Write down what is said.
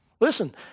Listen